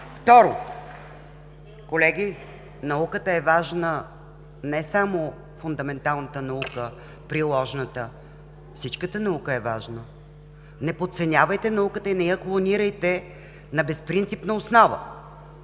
Второ, колеги, науката е важна, не само фундаменталната наука, приложната, всичката наука е важна. Не подценявайте науката и не я клонирайте на безпринципна основа.